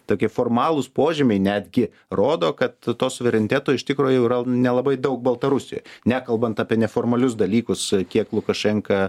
tokie formalūs požymiai netgi rodo kad to suvereniteto iš tikro jau yra nelabai daug baltarusijoj nekalbant apie neformalius dalykus kiek lukašenka